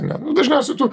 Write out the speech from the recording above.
ne dažniausiai tu